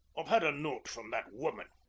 i've had a note from that woman.